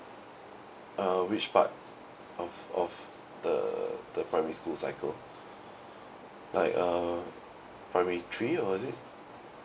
uh which part of of the the primary school cycle like uh primary three or is it